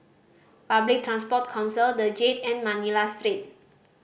Public Transport Council The Jade and Manila Street